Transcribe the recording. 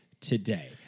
today